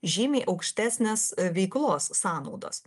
žymiai aukštesnės veiklos sąnaudos